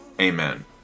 Amen